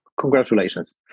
congratulations